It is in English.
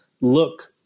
look